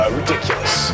ridiculous